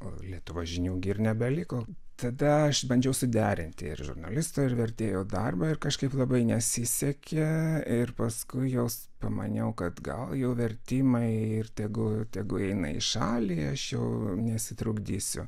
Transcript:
o lietuvos žinių gi ir nebeliko tada aš bandžiau suderinti ir žurnalisto ir vertėjo darbą ir kažkaip labai nesisekė ir paskui jos pamaniau kad gal jau vertimai ir tegu tegu eina į šalį aš jau nesutrukdysiu